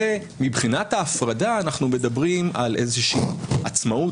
מבחינת ההפרדה אנחנו מדברים על איזושהי עצמאות.